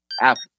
Apple